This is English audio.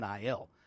NIL